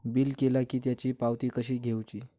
Bill केला की त्याची पावती कशी घेऊची?